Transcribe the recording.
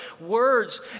Words